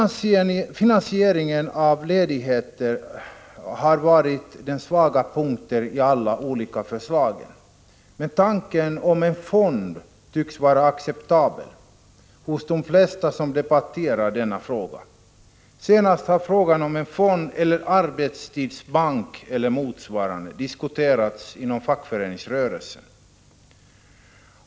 Finansieringen av ledigheter har varit den svaga punkten i de olika förslagen, men tanken på en fond tycks vara acceptabel hos de flesta som debatterar denna fråga. Senast har frågan om en fond, en arbetstidsbank eller något motsvarande diskuterats inom fackföreningsrörelsen.